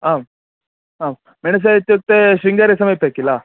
आम् आम् मेणसे इत्युक्ते शृङ्गेरि समीपे किल